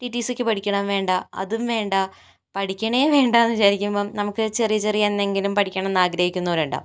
T T സിക്ക് പഠിക്കണം വേണ്ട അതും വേണ്ട പഠിക്കണേ വേണ്ട എന്ന് വിചാരിക്കുമ്പോൾ നമുക്ക് ചെറിയ ചെറിയ എന്തെങ്കിലും പഠിക്കണം എന്ന് ആഗ്രഹിക്കുന്നവർ ഉണ്ടാകും